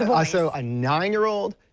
have ah so a nine year-old,